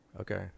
Okay